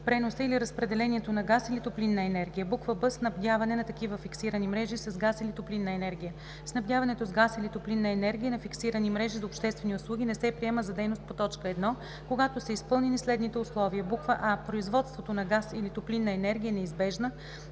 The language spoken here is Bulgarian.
преносa или разпределението нa газ или топлиннa енергия; б) снабдяване нa такивa фиксирани мрежи с газ или топлиннa енергия. Снабдяването с газ или топлиннa енергия нa фиксирани мрежи зa обществени услуги не се приема за дейност по т. 1, когато са изпълнени следните условия: аа) производството нa газ или топлиннa енергия е неизбежнa